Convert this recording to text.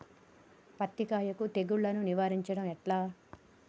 పత్తి కాయకు తెగుళ్లను నివారించడం ఎట్లా?